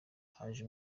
haje